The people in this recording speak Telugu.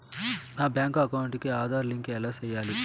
నా బ్యాంకు అకౌంట్ కి ఆధార్ లింకు ఎలా సేయాలి